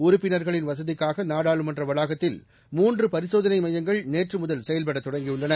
உறுப்பினர்களின் வசதிக்காக நாடாளுமன்ற வளாகத்தில் மூன்று பரிசோதனை மையங்கள் நேற்று முதல் செயல்படத் தொடங்கியுள்ளன